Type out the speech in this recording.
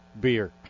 beer